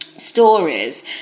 stories